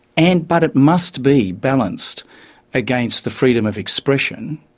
and, but it must be balanced against the freedom of expression,